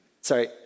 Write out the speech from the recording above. Sorry